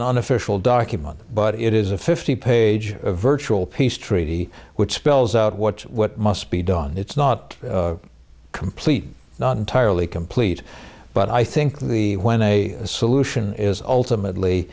an official document but it is a fifty page virtual peace treaty which spells out what's what must be done it's not complete not entirely complete but i think the when a solution is ultimately